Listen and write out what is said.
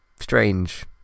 strange